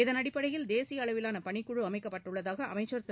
இதனடிப்படையில் தேசிய அளவிலான பணிக்குழு அமைக்கப்பட்டுள்ளதாக அமைச்சர் திரு